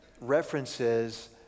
references